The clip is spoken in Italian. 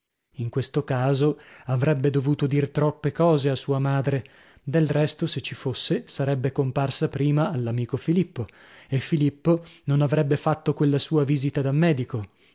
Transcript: in questo caso avrebbe dovuto dir troppe cose a sua madre del resto se ci fosse sarebbe comparsa prima all'amico filippo e filippo non avrebbe fatto quella sua visita da medico